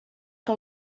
que